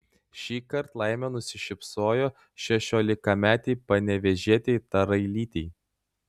šįkart laimė nusišypsojo šešiolikametei panevėžietei tarailytei